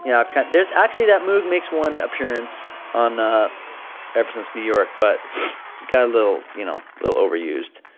you know i've kind there's actually, that moog makes one appearance on ah ever since new york. but it got a little, you know, little overused.